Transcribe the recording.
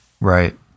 Right